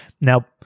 Now